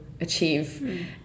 achieve